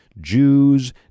Jews